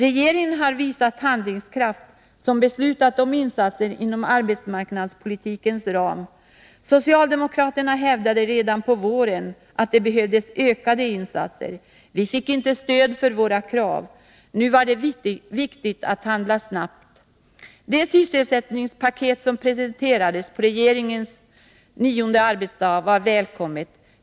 Regeringen har visat handlingskraft när den beslutat om insatser inom arbetsmarknadspolitikens ram. Socialdemokraterna hävdade redan i våras att det behövdes ökade insatser. Vi fick inte stöd för våra krav. Nu var det viktigt att handla snabbt. Det sysselsättningspaket som presenterades på regeringens nionde arbetsdag var välkommet.